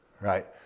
Right